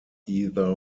either